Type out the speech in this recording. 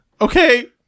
Okay